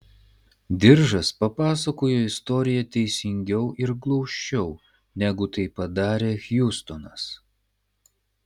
diržas papasakojo istoriją teisingiau ir glausčiau negu tai padarė hjustonas